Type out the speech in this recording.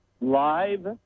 Live